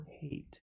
hate